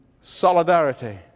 solidarity